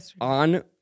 On